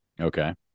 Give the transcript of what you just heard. Okay